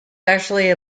actually